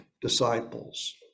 disciples